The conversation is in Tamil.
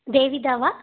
தேவிதாவா